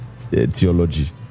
theology